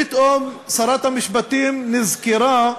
פתאום, שרת המשפטים נזכרה,